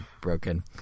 broken